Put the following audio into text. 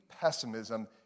pessimism